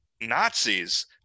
nazis